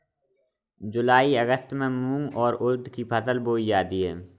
जूलाई अगस्त में मूंग और उर्द की फसल बोई जाती है